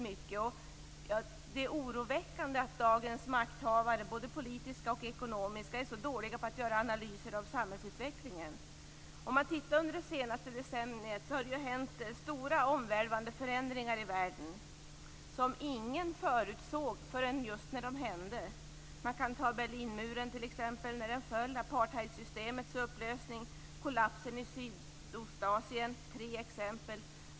Det är oroväckande att dagens politiska och ekonomiska makthavare är så dåliga på att göra analyser av samhällsutvecklingen. Under det senaste decenniet har det hänt stora omvälvande förändringar i världen som ingen förutsåg förrän just när de hände. Där finns t.ex. Berlinmurens fall, apartheidsystemets upplösning och kollapsen i Sydostasien. Det är tre exempel.